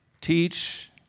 teach